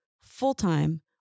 full-time